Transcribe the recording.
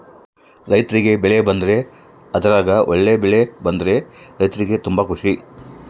ರೈರ್ತಿಗೆ ಬೆಳೆ ಬಂದ್ರೆ ಅದ್ರಗ ಒಳ್ಳೆ ಬೆಳೆ ಬಂದ್ರ ರೈರ್ತಿಗೆ ತುಂಬಾ ಖುಷಿ